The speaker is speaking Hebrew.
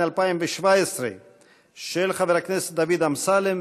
התשע"ז 2017, של חבר הכנסת דוד אמסלם.